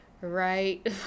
Right